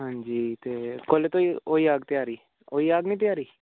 आं ते कदूं तगर होई जाह्ग त्यारी होई जाह्ग ना त्यारी